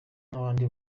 nk’abandi